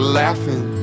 laughing